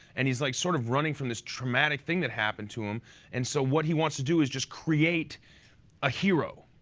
and he's like sort of running from this traumatic thing that happened to them and so what he wants to do is just create a hero.